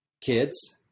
kids